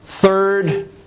Third